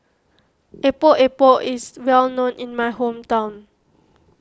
Epok Epok is well known in my hometown